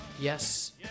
Yes